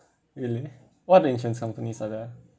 really what other insurance companies are there